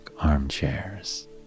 armchairs